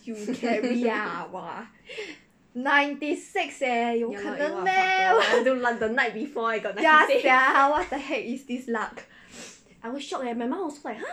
you carry ah !wah! ninety six leh 有可能 meh ya sia what the heck is this luck